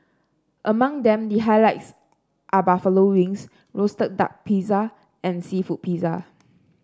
among them the highlights are buffalo wings roasted duck pizza and seafood pizza